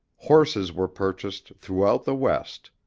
horses were purchased throughout the west.